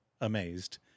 amazed